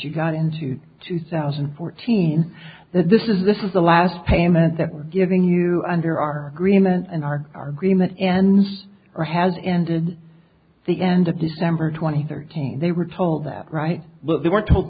you got into two thousand and fourteen that this is this is the last payment that we're giving you under our agreement in our our remit and our has ended the end of december twenty third they were told that right but they weren't to